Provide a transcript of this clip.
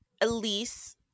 Elise